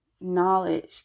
knowledge